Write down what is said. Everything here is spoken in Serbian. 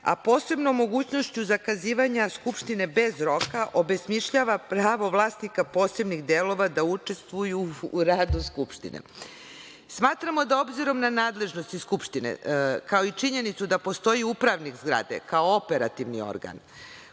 a posebno mogućnošću zakazivanja Skupštine bez roka, obesmišljava pravo vlasnika posebnih delova da učestvuju u radu Skupštine. Smatramo da obzirom na nadležnosti Skupštine, kao i činjenicu da postoji upravnik zgrade, kao operativni organ